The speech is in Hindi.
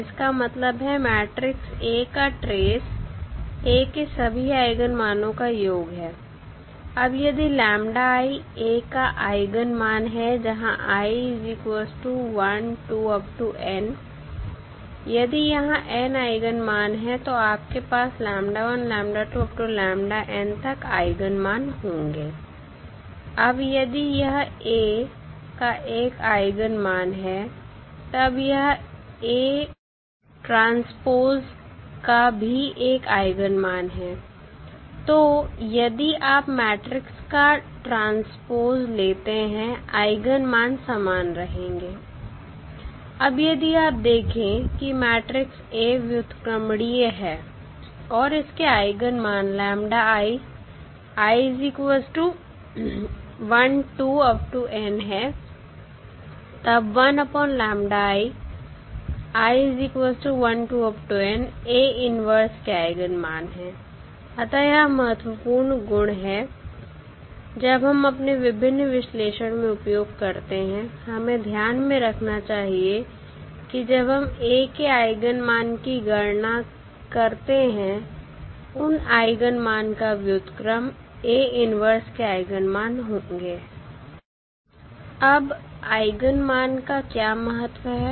इसका मतलब है मैट्रिक्स A का ट्रेस A के सभी आइगन मानो का योग है अब यदि A का आइगन मान है जहां यदि यहां n आइगन मान हैं तो आपके पास तक आइगन मान होंगे अब यदि यह A का एक आइगन मान है तब यह का भी एक आइगन मान है तो यदि आप मैट्रिक्स का ट्रांसपोस लेते हैं आइगन मान समान रहेंगे अब यदि आप देखें कि मैट्रिक्स A व्युत्क्रमणीय है और इसके आइगन मान है तब के आइगन मान हैं अतः यह महत्वपूर्ण गुण है जब हम अपने विभिन्न विश्लेषण में उपयोग करते हैं हमें ध्यान में रखना चाहिए कि जब हम A के आइगन मान की गणना करते हैं उन आइगन मान का व्युत्क्रमके आइगन मान होंगे अब आइगन मान का क्या महत्व है